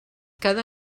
cada